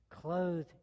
clothed